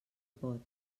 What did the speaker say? pot